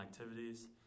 activities